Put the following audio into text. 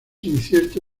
incierto